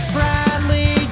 Bradley